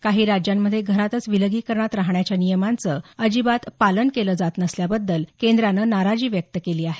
काही राज्यांमधे घरातच विलगीकरणात राहण्याच्या नियमांचं अजिबात पालन केलं जात नसल्यबद्दल केंद्रानं नाराजी व्यक्त केली आहे